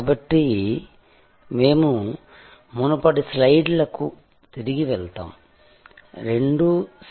కాబట్టి మేము మునుపటి స్లయిడ్లకు తిరిగి వెళ్తాము రెండూ సి